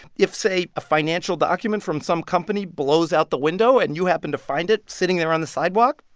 if, say, a financial document from some company blows out the window and you happen to find it sitting there on the sidewalk,